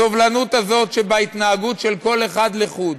הסובלנות הזאת שבהתנהגות של כל אחד לחוד,